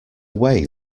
way